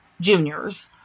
Junior's